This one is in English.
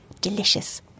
delicious